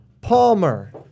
Palmer